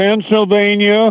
Pennsylvania